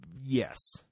Yes